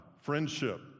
Friendship